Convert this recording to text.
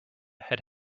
had